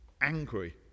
angry